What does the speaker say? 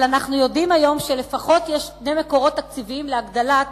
אבל אנחנו יודעים היום שיש לפחות שני מקורות תקציביים להגדלת